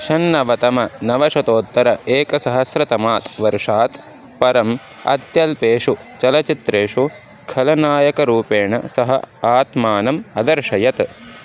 षण्णवतम नवशतोत्तर एकसहस्रतमात् वर्षात् परम् अत्यल्पेषु चलचित्रेषु खलनायकरूपेण सः आत्मानम् अदर्शयत्